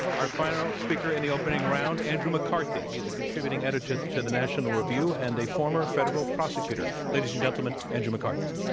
our final speaker in the opening round, andrew mccarthy. he is a contributing editor to the national review and a former federal prosecutor. ladies and gentlemen, andrew mccarthy.